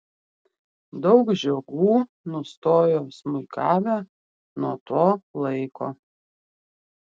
daug žiogų nustojo smuikavę nuo to laiko